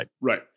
Right